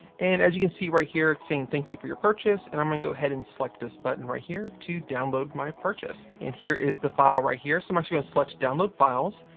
and as you can see right here, it's saying thank you for your purchase. and i'm gonna go ahead and select this button right here to download my purchase, and here is the file right here. so i'm actually gonna select download files,